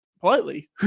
politely